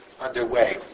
underway